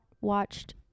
watched